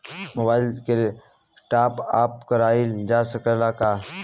Mobile के टाप आप कराइल जा सकेला का?